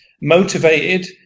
motivated